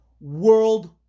World